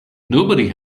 nobody